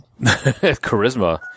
Charisma